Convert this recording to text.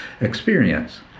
experience